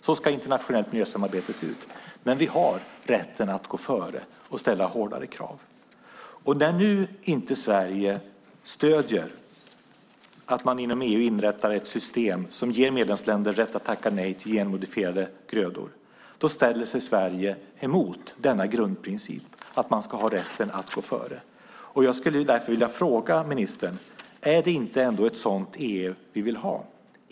Så ska internationellt miljösamarbete se ut. Men vi har rätten att gå före och ställa hårdare krav. När nu inte Sverige stöder att man inom EU inrättar ett system som ger medlemsländer rätt att tacka nej till genmodifierade grödor ställer sig Sverige emot denna grundprincip, att man ska ha rätten att gå före. Jag skulle därför vilja fråga ministern: Är det inte ändå ett sådant EU vi vill ha?